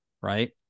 right